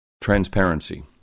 Transparency